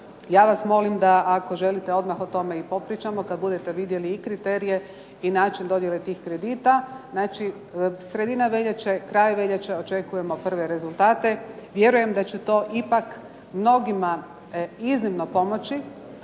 Ja vas molim da ako želite odmah o tome pričamo kad budete vidjeli i kriterije i način dodjele tih kredita. Znači, sredina veljače, kraj veljače očekujemo prve rezultate. Vjerujem da će to ipak mnogima iznimno pomoći.